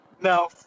No